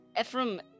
Ephraim